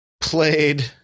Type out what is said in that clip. played